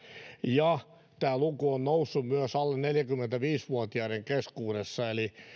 ja luku on noussut myös alle neljäkymmentäviisi vuotiaiden keskuudessa eli